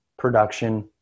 production